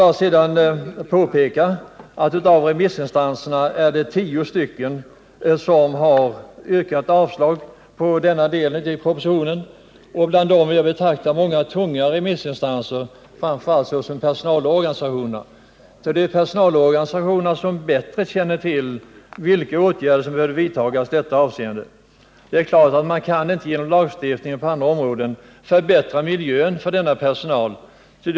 Får jag sedan bara påpeka att av en rad remissinstanser har tio yrkat avslag på den här delen i propositionen, bland dem många tunga — framför allt personalorganisationerna. Dessa senare känner bättre än många andra till vilka åtgärder som bör vidtas i detta avseende. Man kan ju inte genom lagstiftning på annat område förbättra miljön för den här berörda personalen.